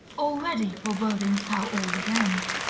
already foreboding how all would end.